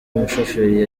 umushoferi